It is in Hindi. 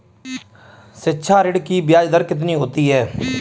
शिक्षा ऋण की ब्याज दर कितनी होती है?